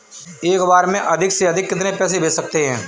एक बार में अधिक से अधिक कितने पैसे भेज सकते हैं?